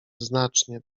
znacznie